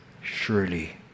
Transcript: Surely